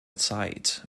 zeit